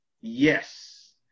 Yes